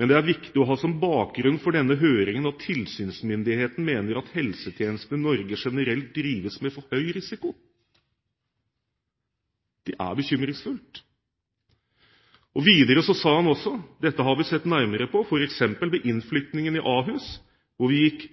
«Men det er viktig å ha som bakgrunn for denne høringen at tilsynsmyndigheten mener at helsetjenestene i Norge generelt drives med for høyt risikonivå.» Det er bekymringsfullt. Videre sa han også: «Dette har vi sett nærmere på, f.eks. ved innflyttingen i Ahus, hvor vi gikk